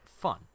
fun